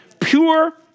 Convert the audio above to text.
Pure